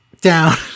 down